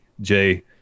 Jay